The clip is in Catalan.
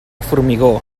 formigó